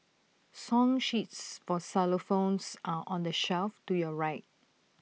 song sheets for xylophones are on the shelf to your right